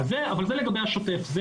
זה לגבי השוטף.